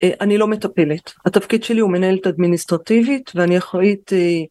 אה, אני לא מטפלת התפקיד שלי הוא מנהלת אדמיניסטרטיבית ואני אחראית אה...